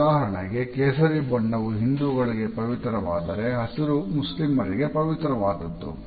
ಉದಾಹರಣೆಗೆ ಕೇಸರಿ ಬಣ್ಣವು ಹಿಂದೂಗಳಿಗೆ ಪವಿತ್ರವಾದರೆ ಹಸಿರು ಮುಸ್ಲಿಮರಿಗೆ ಪವಿತ್ರವಾದದ್ದು